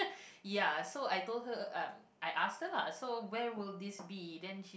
ya so I told her uh I asked her lah so where will this be then